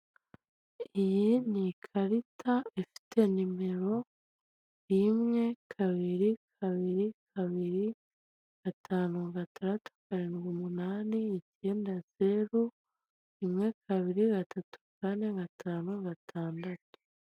Iyi ni ikarita ifite nimero rimwe kabiri kabiri kabiri gatanu gatandatu karindwi umunani icyenda zeru, rimwe kabiri gatatu kane gatanu gatandatu.